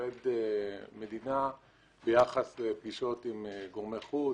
עובד מדינה ביחס לפגישות עם גורמי חוץ